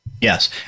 Yes